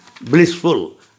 blissful